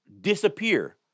disappear